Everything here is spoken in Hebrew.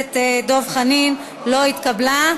הכנסת דב חנין לא התקבלה.